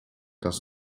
das